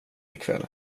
ikväll